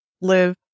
live